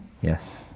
Yes